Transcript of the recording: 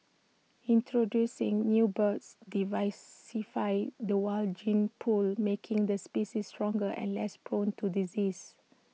introducing new birds diversify the wild gene pool making the species stronger and less prone to disease